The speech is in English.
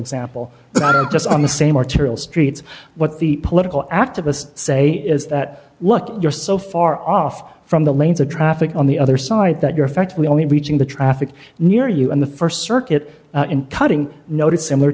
example just on the same arterial streets what the political activists say is that look you're so far off from the lanes of traffic on the other side that you're effectively only reaching the traffic near you in the st circuit and cutting noted similar